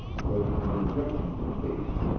with an injunction to haste,